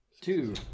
Two